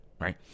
right